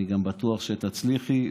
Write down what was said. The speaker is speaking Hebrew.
אני גם בטוח שתצליחי.